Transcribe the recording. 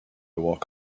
walk